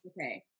okay